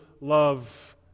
love